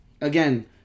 Again